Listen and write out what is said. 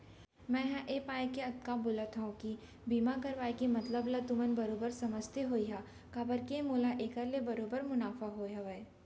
मैं हर ए पाय के अतका बोलत हँव कि बीमा करवाय के मतलब ल तुमन बरोबर समझते होहा काबर के मोला एखर ले बरोबर मुनाफा होय हवय